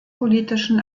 politischen